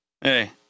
Hey